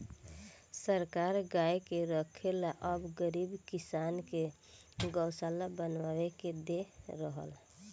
सरकार गाय के रखे ला अब गरीब किसान के गोशाला बनवा के दे रहल